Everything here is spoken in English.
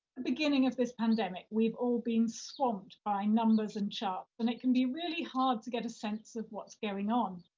the beginning of this pandemic, we've all been swamped by numbers and charts, and it can be really hard to get a sense of what's going on,